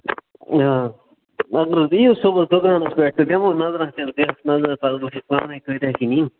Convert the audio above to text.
آ اَدٕ حظ یِیِو صُبحَس دُکانَس پٮ۪ٹھ تہٕ دِمو نَظراہ پَتہٕ وُچھِو پانے کۭتیاہ چھِ ننۍ